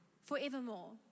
forevermore